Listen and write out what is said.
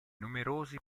numerosi